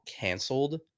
canceled